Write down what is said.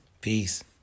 peace